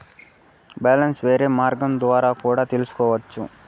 Balance వేరే మార్గం ద్వారా కూడా తెలుసుకొనొచ్చా?